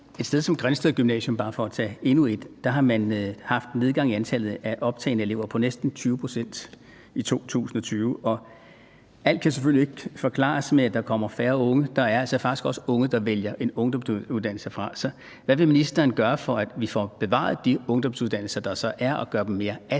sted som Grindsted Gymnasium, for bare at tage endnu et eksempel, har man oplevet en nedgang i antallet af optagne elever på næsten 20 pct. i 2020, og alt kan selvfølgelig ikke forklares med, at der kommer færre unge – der er altså også unge, der vælger en ungdomsuddannelse fra. Hvad vil ministeren gøre for, at vi får bevaret de ungdomsuddannelser, der er, og får gjort dem mere attraktive?